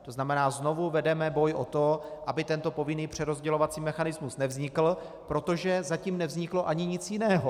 To znamená, znovu vedeme boj o to, aby tento povinný přerozdělovací mechanismus nevznikl, protože zatím nevzniklo ani nic jiného.